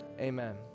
Amen